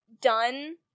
done